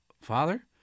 Father